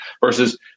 versus